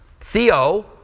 Theo